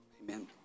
amen